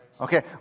Okay